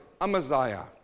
Amaziah